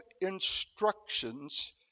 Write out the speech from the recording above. instructions